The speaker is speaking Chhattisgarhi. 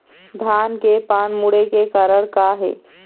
धान के पान मुड़े के कारण का हे?